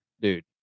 dude